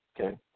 okay